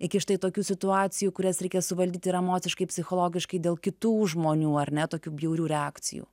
iki štai tokių situacijų kurias reikia suvaldyti ir emociškai psichologiškai dėl kitų žmonių ar ne tokių bjaurių reakcijų